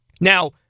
Now